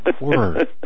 word